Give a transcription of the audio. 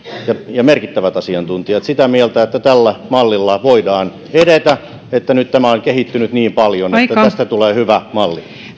merkittävät asiantuntijat ovat sitä mieltä että tällä mallilla voidaan edetä että nyt tämä on kehittynyt niin paljon että tästä tulee hyvä malli